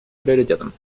приоритетом